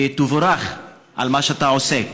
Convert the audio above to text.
ותבורך על מה שאתה עושה.